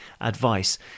advice